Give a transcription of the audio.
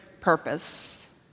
purpose